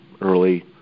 early